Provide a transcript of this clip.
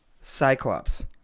Cyclops